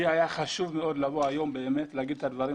לי היה חשוב מאוד לבוא היום ולומר את הדברים